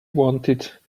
wanted